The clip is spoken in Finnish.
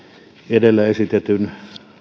edellä esitetyn